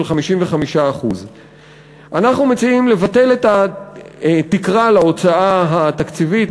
55%. אנחנו מציעים לבטל את התקרה להוצאה התקציבית,